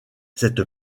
cette